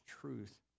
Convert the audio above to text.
truth